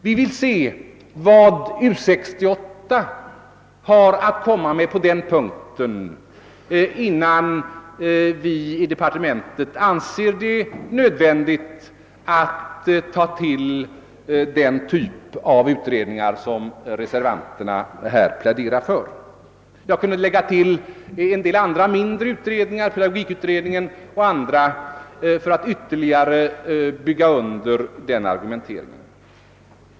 Vi vill se vad U 68 har att komma med på den punkten innan vi i departementet anser det nödvändigt att ta till den typ av utredningar som reservanterna här pläderar för. Jag kunde här nämna också en del andra, mindre utredningar för att ytterligare bygga under min argumentering.